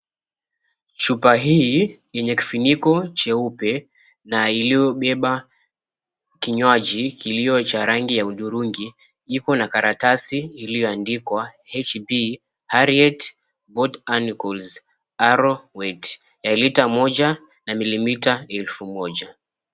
Chupa hii yenye kifuniko cheupe na iliyobeba kinywaji kilio cha rangi ya hudhurungi , iko na karatasi iliyoandikwa HB Harriet both anicoals arrow wait , ya lita Moja na milimita elfu moja.